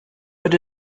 but